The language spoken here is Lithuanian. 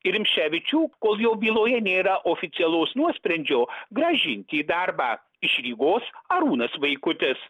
ir rimšėvičių kol jo byloje nėra oficialaus nuosprendžio grąžinti į darbą iš rygos arūnas vaikutis